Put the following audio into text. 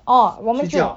orh 我们就